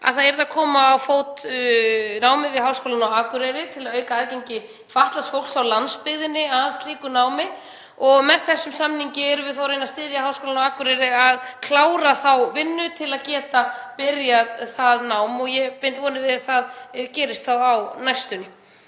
að koma yrði á fót námi við Háskólann á Akureyri til að auka aðgengi fatlaðs fólks á landsbyggðinni að slíku námi. Með þessum samningi erum við að reyna að styðja Háskólann á Akureyri til að klára þá vinnu til að geta byrjað það nám og ég bind vonir við að það gerist á næstunni.